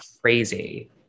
crazy